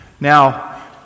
Now